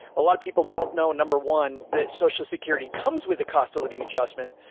a lot of people don't know. number one, that social security comes with a cost of living adjustment.